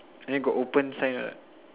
then got open sign ah